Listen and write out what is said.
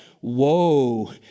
Woe